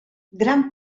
gran